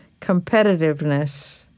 competitiveness